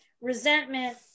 Resentment